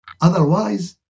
Otherwise